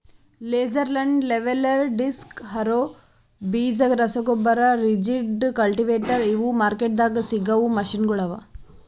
laser land leveler, disc harrow, ಬೀಜ ರಸಗೊಬ್ಬರ, rigid, cultivator ಇವು ಮಾರ್ಕೆಟ್ದಾಗ್ ಸಿಗವು ಮೆಷಿನಗೊಳ್ ಅವಾ